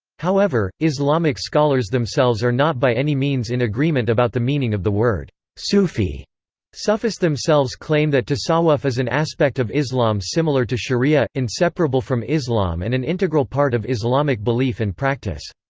however, islamic scholars themselves are not by any means in agreement about the meaning of the word sufi sufis themselves claim that tasawwuf is an aspect of islam similar to sharia, inseparable from islam and an integral part of islamic belief and practice.